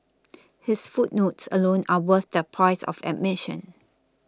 his footnotes alone are worth the price of admission